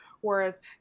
Whereas